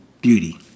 beauty